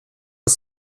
des